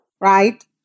Right